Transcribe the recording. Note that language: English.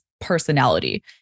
personality